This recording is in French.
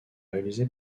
réalisé